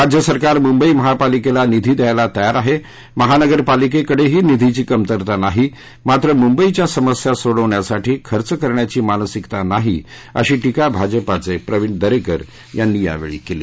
राज्य सरकार मुंबई महापालिकेला निधी द्यायला तयार आहे महानगरपालिकेकडेही निधीची कमतरता नाही मात्र मुंबईच्या समस्या सोडवण्यासाठी खर्च करण्याची मानसिकता नाही अशी टीका भाजपाचे प्रवीण दरेकर यांनी यावेळी केली